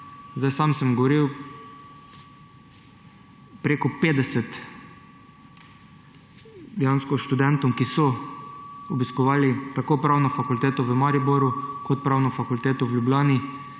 Sam sem govoril preko 50 študentom, ki so obiskovali tako pravno fakulteto v Mariboru kot pravno fakulteto v Ljubljani,